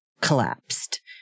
collapsed